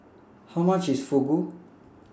How much IS Fugu